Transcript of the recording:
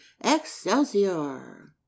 excelsior